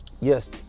yes